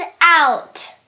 out